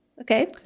Okay